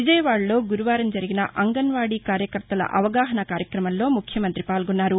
విజయవాదలో గురువారం జరిగిన అంగన్వాదీ కార్యకర్తల అవగాహనా కార్యక్రమంలో ముఖ్యమంతి పాల్గొన్నారు